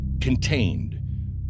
contained